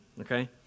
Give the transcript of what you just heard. okay